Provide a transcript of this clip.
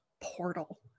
portal